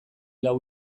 lau